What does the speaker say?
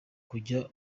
kujya